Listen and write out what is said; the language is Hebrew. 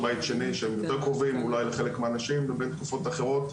בית שני שהם יותר קרובים אולי לחלק מהאנשים ולגבי תקופות אחרות,